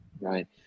Right